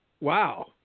wow